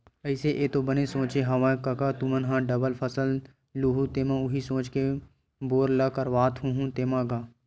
अइसे ऐ तो बने सोचे हँव कका तुमन ह डबल फसल लुहूँ तेमा उही सोच के बोर ल करवात होहू तेंमा गा?